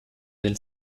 del